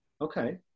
Okay